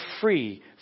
free